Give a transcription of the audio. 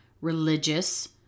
religious